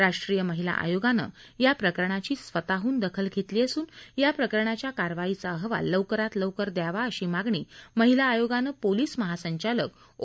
राष्ट्रीय महिला आयोगानं या प्रकरणाची स्वतःहून दखल घेतली असून या प्रकरणाच्या कारवाईचा अहवाल लवकरात लवकर द्यावा अशी मागणी महिला आयोगानं पोलीस महासंचालक ओ